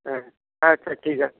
হ্যাঁ আচ্ছা ঠিক আছে